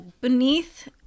beneath